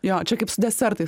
jo čia kaip su desertais